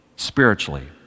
Spiritually